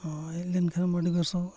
ᱦᱳᱭ ᱦᱮᱡ ᱞᱮᱱᱠᱷᱟᱱᱮᱢ ᱟᱹᱰᱤ ᱵᱮᱥᱚᱜᱼᱟ